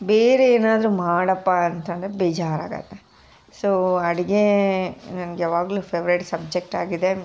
ಬೇರೆ ಏನಾದರೂ ಮಾಡಪ್ಪ ಅಂತಂದರೆ ಬೇಜಾರು ಆಗುತ್ತೆ ಸೊ ಅಡುಗೆ ನನ್ಗೆ ಯಾವಾಗಲೂ ಫೇವ್ರೆಟ್ ಸಬ್ಜೆಕ್ಟ್ ಆಗಿದೆ